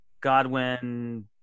Godwin